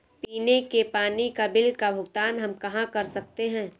पीने के पानी का बिल का भुगतान हम कहाँ कर सकते हैं?